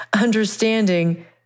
understanding